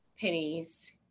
pennies